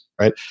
right